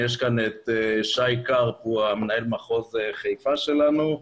נמצא כאן שי קרפ, מנהל מחוז חיפה שלנו.